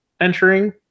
entering